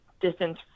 distance